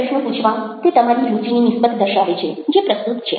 પ્રશ્નો પૂછવા તે તમારી રુચિની નિસ્બત દર્શાવે છે જે પ્રસ્તુત છે